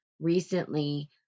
recently